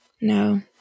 No